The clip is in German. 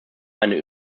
eine